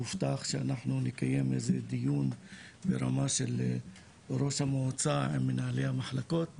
הובטח שאנחנו נקיים איזה דיון ברמה של ראש המועצה עם מנהלי המחלקות